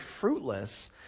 fruitless